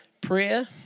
Prayer